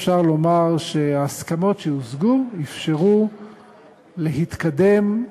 אפשר לומר שההסכמות שהושגו אפשרו להתקדם בצוותא,